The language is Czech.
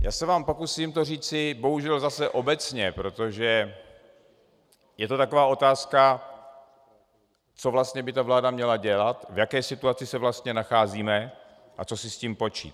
Já se vám to pokusím říci bohužel zase obecně, protože je to taková otázka, co vlastně by vláda měla dělat, v jaké situaci se vlastně nacházíme a co si s tím počít.